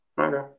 okay